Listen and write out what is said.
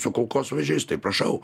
su kulkosvaidžiais tai prašau